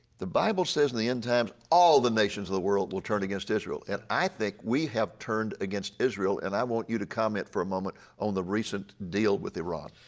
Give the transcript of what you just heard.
the bible says in the end times all the nations of the world will turn against israel. and i think we have turned against israel. and i want you to comment for a moment on the recent deal with iran.